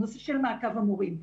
הנושא של מעקב המורים,